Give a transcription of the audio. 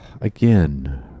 Again